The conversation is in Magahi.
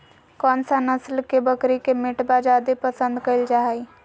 कौन सा नस्ल के बकरी के मीटबा जादे पसंद कइल जा हइ?